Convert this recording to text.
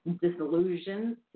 disillusion